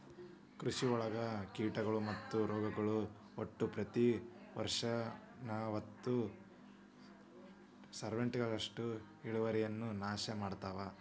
ಕೃಷಿಯೊಳಗ ಕೇಟಗಳು ಮತ್ತು ರೋಗಗಳು ಒಟ್ಟ ಪ್ರತಿ ವರ್ಷನಲವತ್ತು ಪರ್ಸೆಂಟ್ನಷ್ಟು ಇಳುವರಿಯನ್ನ ನಾಶ ಮಾಡ್ತಾವ